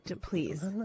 Please